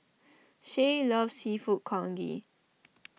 Shay loves Seafood Congee